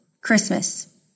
Christmas